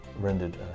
rendered